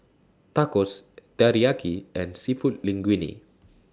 Tacos Teriyaki and Seafood Linguine